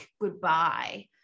goodbye